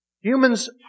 Humans